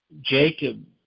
Jacob